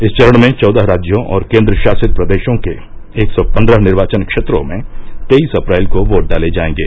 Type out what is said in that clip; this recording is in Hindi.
इस चरण में चौदह राज्यों और केन्द्र शासित प्रदेशों के एक सौ पन्द्रह निर्वाचन क्षेत्रों में तेईस अप्रैल को वोट डाले जाएंगे